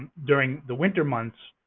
during the winter months,